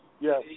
yes